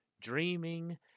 dreaming